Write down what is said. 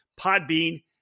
Podbean